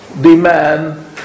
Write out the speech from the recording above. demand